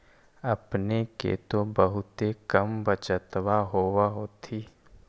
अपने के तो बहुते कम बचतबा होब होथिं?